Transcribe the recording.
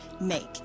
make